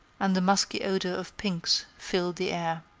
and the musky odor of pinks filled the air.